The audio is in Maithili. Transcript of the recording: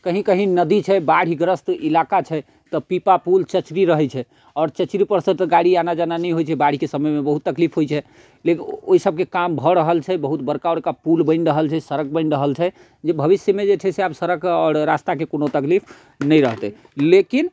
कहीँ कहीँ नदी छै बाढ़िग्रस्त इलाका छै तऽ पीपा पुल चेचरी रहै छै आओर चेचरीपरसँ तऽ गाड़ी आना जाना नहि होइ छै बाढ़िके समयमे बहुत तकलीफ होइ छै लेकिन ओहिसबके काम भऽ रहल छै बहुत बड़का बड़का पुल बनि रहल छै सड़क बनि रहल छै जे भविष्यमे जे छै से आब सड़कके आओर रास्ताके कोनो तकलीफ नहि रहतै लेकिन